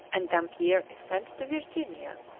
and dampier is sent to virginia,